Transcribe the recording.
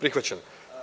prihvaćen.